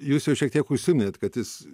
jūs jau šiek tiek užsiminėt kad jis